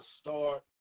start